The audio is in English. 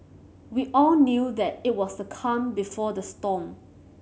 we all knew that it was the calm before the storm